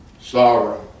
sorrow